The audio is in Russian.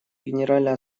генеральная